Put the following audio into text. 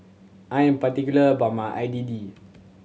I am particular about my Idili